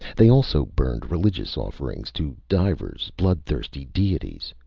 they also burned religious offerings to divers bloodthirsty deities.